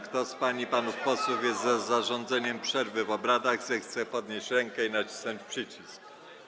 Kto z pań i panów posłów jest za zarządzeniem przerwy w obradach, zechce podnieść rękę i nacisnąć przycisk.